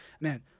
Man